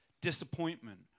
disappointment